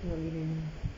oh video ni